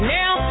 now